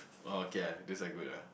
oh okay ah that's why good ah